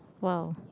!wow!